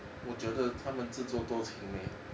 我觉得他们自作多情 leh